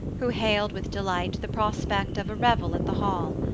who hailed with delight the prospect of a revel at the hall.